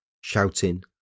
shouting